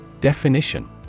Definition